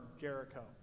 Jericho